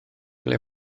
ble